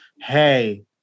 Hey